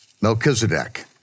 Melchizedek